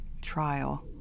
trial